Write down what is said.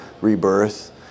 rebirth